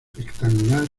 rectangular